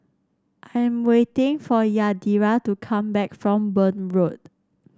I am waiting for Yadira to come back from Burn Road